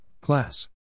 Class